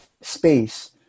space